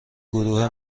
گروه